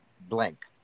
blank